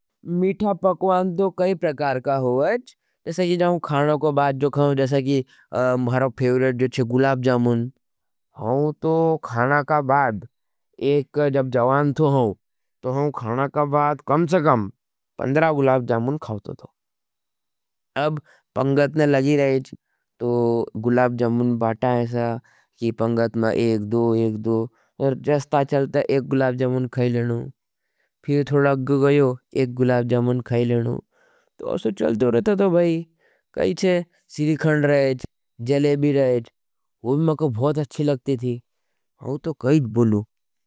मीठों पकवान तो कई प्रकार का होवाच। जैसे की खाने के बाद जो खाऊ महरो फेवरेट हे गुलाबजमुन। हम तो खाने के बाद जब जवान सा हूँ। तो हम खाना के बाद कम से कम पंद्रह गुलाबजमुन खाटो था। अब पंग लगेच तो गुलाबजमुन बाटा ऐसा की पंगत में एक दो, एक दो, रस्ता चलता एक, दो गुलाबजामुन कहई लू। फिर थोड़ो आगे गायो, एक गुलाबजमुन खायी लेनू हूँ। ऐसा चलता रहतो हज तो भाई कई छे श्री खण्ड रहच, जलेबी रहच। औ भी मारेको बहुत अच्छी लगती थी।